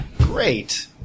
Great